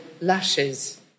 lashes